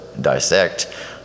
dissect